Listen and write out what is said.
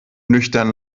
nüchtern